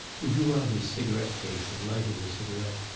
he drew out his cigarette-case and lighted a cigarette.